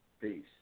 Peace